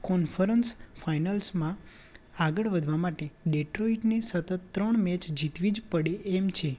conference ફાઈનલ્સમાં આગળ વધવા માટે ડેટ્રોઇટને સતત ત્રણ મેચ જીતવી જ પડે એમ છે